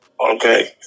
Okay